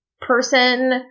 person